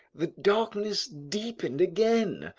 the darkness deepened again,